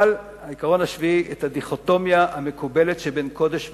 העיקרון השביעי: הרב קוק שלל את הדיכוטומיה המקובלת שבין קודש וחול,